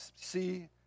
see